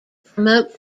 promote